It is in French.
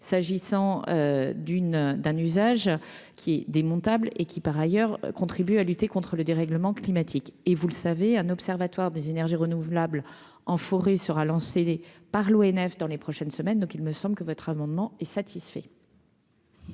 s'agissant d'une d'un usage qui est démontable et qui par ailleurs contribue à lutter contre le dérèglement climatique et vous le savez, un observatoire des énergies renouvelables en forêt sera lancée par l'ONF dans les prochaines semaines, donc il me semble que votre amendement est satisfait.